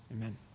amen